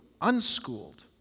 unschooled